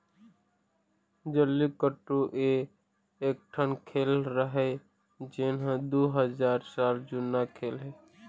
जल्लीकट्टू ए एकठन खेल हरय जेन ह दू हजार साल जुन्ना खेल हे